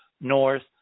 north